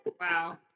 Wow